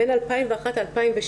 בין 2001 ל-2006,